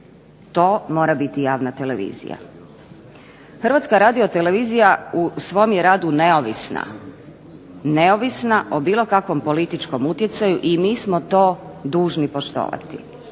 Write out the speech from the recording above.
To mora biti javna televizija. HRT u svom je radu neovisna o bilo kakvom političkom utjecaju i mi smo to dužni poštovati.